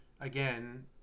again